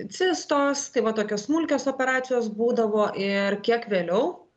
cistos tai va tokios smulkios operacijos būdavo ir kiek vėliau